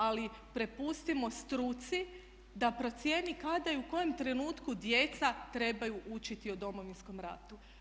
Ali prepustimo struci da procijeni kada i u kojem trenutku djeca trebaju učiti o Domovinskom ratu.